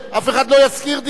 אף אחד לא ישכיר דירה.